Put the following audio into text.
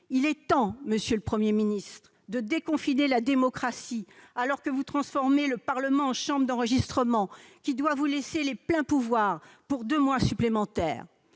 Il est temps, monsieur le Premier ministre, de déconfiner la démocratie alors que vous transformez le Parlement en chambre d'enregistrement qui doit vous laisser les pleins pouvoirs pour deux mois supplémentaires.